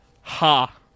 ha